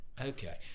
Okay